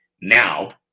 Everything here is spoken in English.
Now